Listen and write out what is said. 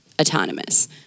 autonomous